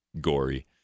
gory